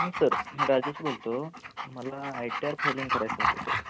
हां सर मी राजेश बोलतो मला आय टी आर फायलिंग करायचं होतं सर